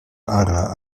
ara